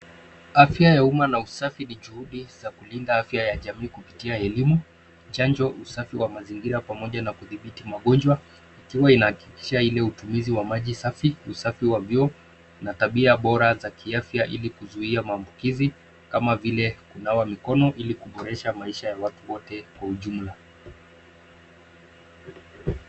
Afya ya umma na usafi ni juhudi za kulinda afya ya jamii kupitia elimu, chanjo, usafi wa mazingira pamoja na kudhibiti magonjwa ikiwa inahakikisha aina ya utumizi wa maji safi, usafi wa vyoo na tabia bora za kiafya ili kuzuia maambukizi kama vile kunawa mikono ili kuboresha maisha ya watu wote kwa ujumla.